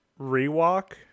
rewalk